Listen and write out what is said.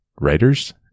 writers